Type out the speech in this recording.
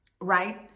right